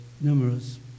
numerous